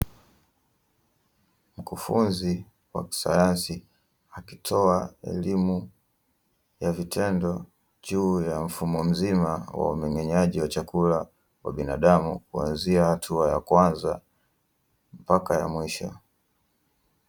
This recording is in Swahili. Mkufunzi wa kisayansi akitoa elimu ya vitendo juu ya mfumo mzima wa umeng'enyaji wa chakula wa binadamu kuanzia hatua ya kwanza mpaka ya mwisho.